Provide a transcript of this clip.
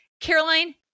Caroline